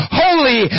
holy